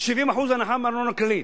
70% הנחה בארנונה כללית,